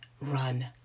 run